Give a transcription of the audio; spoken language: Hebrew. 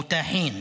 (חוזר על המילה בערבית),